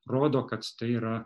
rodo kad tai yra